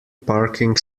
parking